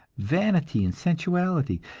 vanity, and sensuality.